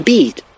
Beat